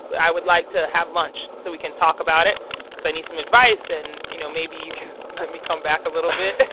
i would like to have lunch so we can talk about it because i need some advice. and, you know, maybe you can let me come back a little bit.